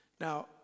Now